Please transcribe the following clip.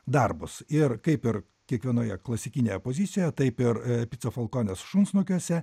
darbus ir kaip ir kiekvienoje klasikinėje pozicijoje taip ir pica falkonės šunsnukiuose